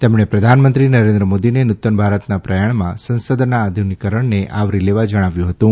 તેમણે પ્રધાનમંત્રી શ્રી નરેન્દ્ર મોદીને નૂતન ભારતનાં પ્રયાણમાં સંસદના આધુનિકરણને આવરી લેવા જણાવ્યું હતું